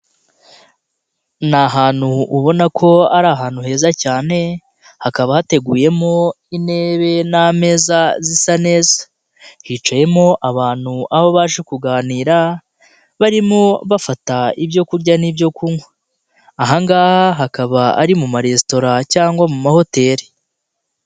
Ni ahantu ubona ko ari ahantu heza cyane, hakaba hateguyemo intebe n'ameza zisa neza. Hicayemo abantu aho baje kuganira barimo bafata ibyo kurya n'ibyo kunywa. Aha ngaha hakaba ari mu maresitora cyangwa mu mahoteli.